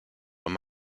were